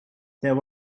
there